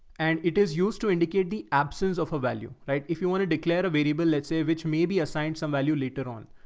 and it is used to indicate the absence of a value, right? if you want to declare a variable, let's say, which maybe assign some value later on,